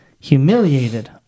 humiliated